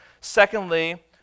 Secondly